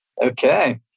Okay